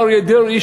אריה דרעי,